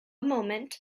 moment